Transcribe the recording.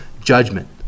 judgment